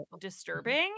disturbing